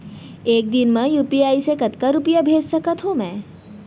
एक दिन म यू.पी.आई से कतना रुपिया भेज सकत हो मैं?